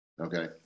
Okay